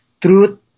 Truth